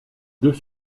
deux